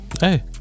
Hey